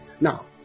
now